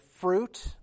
fruit